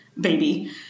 baby